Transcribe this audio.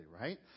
right